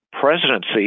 presidency